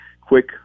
quick